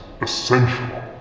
essential